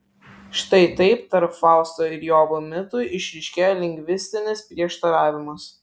štai taip tarp fausto ir jobo mitų išryškėja lingvistinis prieštaravimas